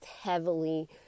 heavily